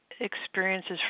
experiences